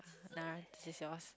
nah this is yours